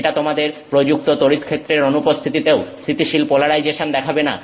এটা তোমাদের প্রযুক্ত তড়িৎক্ষেত্রের অনুপস্থিতিতে স্থিতিশীল পোলারাইজেশন দেখাবে না